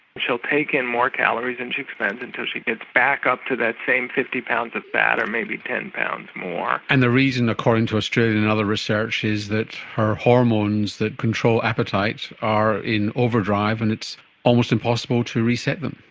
she'll take in more calories than she expends until she gets back up to that same fifty pounds of fat or maybe ten pounds more. and the reason, according to australian and other research, is that her hormones that control appetite are in overdrive and it's almost impossible to reset them.